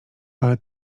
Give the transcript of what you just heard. ale